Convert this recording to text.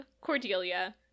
Cordelia